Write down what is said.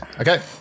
Okay